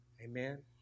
Amen